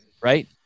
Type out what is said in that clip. right